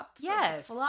yes